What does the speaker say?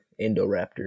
Indoraptor